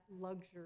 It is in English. luxury